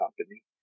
company